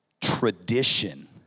tradition